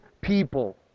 people